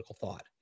thought